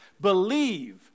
Believe